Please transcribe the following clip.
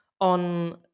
on